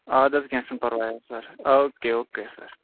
اَدٕ حظ کیٚنٛہہ چھُنہٕ پرواے حظ sir okay okay سر